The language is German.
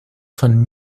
von